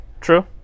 True